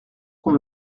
qu’on